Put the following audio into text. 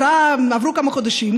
עברו כמה חודשים,